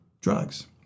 Drugs